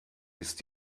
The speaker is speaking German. ist